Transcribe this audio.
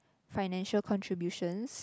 financial contribution